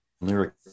lyric